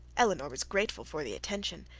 elinor was grateful for the attention,